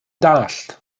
dallt